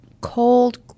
cold